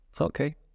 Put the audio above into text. okay